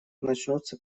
начнутся